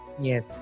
Yes